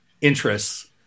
interests